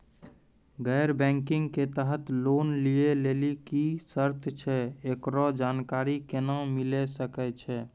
गैर बैंकिंग के तहत लोन लए लेली की सर्त छै, एकरो जानकारी केना मिले सकय छै?